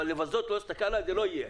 אבל לבזות ולא להסתכל עלי זה לא יהיה.